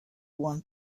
want